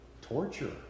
torture